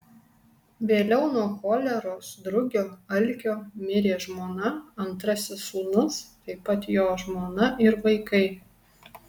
vėliau nuo choleros drugio alkio mirė žmona antrasis sūnus taip pat jo žmona ir vaikai